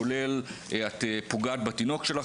כולל: "את פוגעת בתינוק שלך".